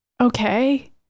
Okay